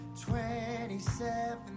twenty-seven